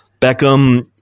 Beckham